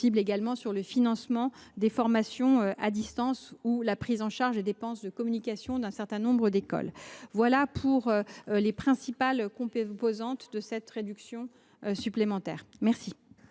concernant le financement des formations à distance ou la prise en charge des dépenses de communication d’un certain nombre d’écoles. Telles sont les principales composantes de cette réduction supplémentaire. La